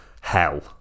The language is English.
hell